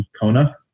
kona